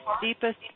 deepest